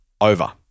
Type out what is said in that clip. over